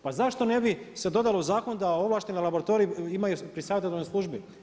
Pa zašto ne bi se dodalo u zakon da ovlašteni laboratorij imaju pri savjetodavnoj službi.